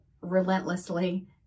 relentlessly